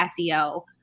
SEO